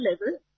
level